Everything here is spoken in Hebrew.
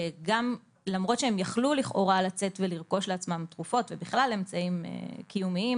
שלמרות שהם יכלו לכאורה לצאת ולרכוש לעצמם תרופות ובכלל אמצעים קיומיים,